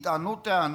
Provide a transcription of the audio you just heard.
יטענו טענות,